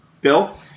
Bill